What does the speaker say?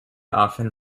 often